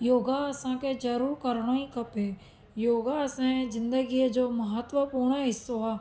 योगा असांखे ज़रूरु करिणो ई खपे योगा असांजे ज़िंदगीअ जो महत्वपूण हिसो आहे